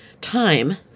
time